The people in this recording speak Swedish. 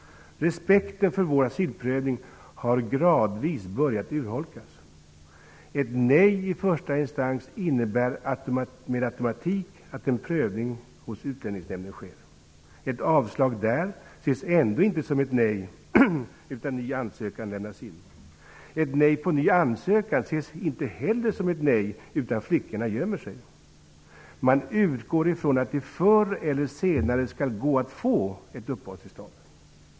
Respekten för vår asylprövning har gradvis börjat urholkas. Ett nej i första instans innebär med automatik att en prövning sker hos Utlänningsnämnden. Ett avslag där ses ändå inte som ett nej, utan ny ansökan lämnas in. Ett nej på ny ansökan ses inte heller som ett nej, utan flyktingarna gömmer sig. Man utgår från att det förr eller senare skall gå att få ett uppehållstillstånd.